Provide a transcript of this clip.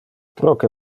proque